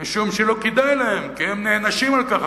משום שלא כדאי להם, כי הם נענשים על כך.